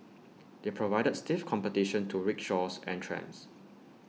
they provided stiff competition to rickshaws and trams